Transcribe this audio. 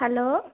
hello